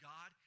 God